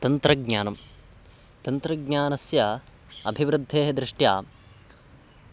तन्त्रज्ञानं तन्त्रज्ञानस्य अभिवृद्धेः दृष्ट्या